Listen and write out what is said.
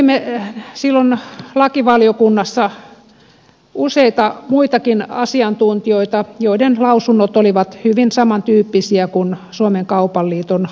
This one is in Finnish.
kuulimme silloin lakivaliokunnassa useita muitakin asiantuntijoita joiden lausunnot olivat hyvin samantyyppisiä kuin suomen kaupan liiton lausunnot